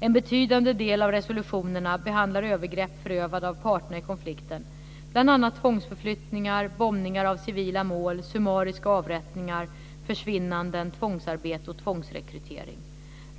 En betydande del av resolutionerna behandlar övergrepp förövade av parterna i konflikten, bl.a. tvångsförflyttningar, bombningar av civila mål, summariska avrättningar, försvinnanden, tvångsarbete och tvångsrekrytering.